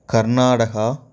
Karnataka